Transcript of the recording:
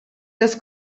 das